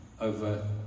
over